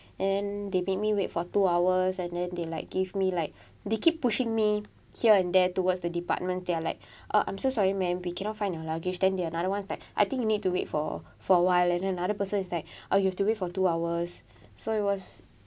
and they made me wait for two hours and then they like give me like they keep pushing me here and there towards the departments they are like ah I'm so sorry ma'am we cannot find your luggage then the another one was like I think you need to wait for for awhile and another person is like ah you have to wait for two hours so it was